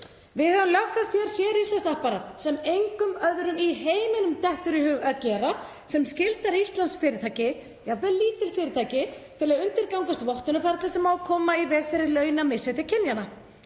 Við höfum lögfest hér séríslenskt apparat, sem engum öðrum í heiminum dettur í hug að gera, sem skyldar íslensk fyrirtæki, jafnvel lítil fyrirtæki, til að undirgangast vottunarferli sem á að koma í veg fyrir launamisrétti kynjanna.